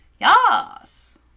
yes